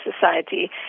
Society